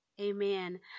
amen